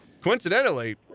Coincidentally